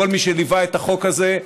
לכל מי שליווה את החוק הזה.